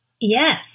Yes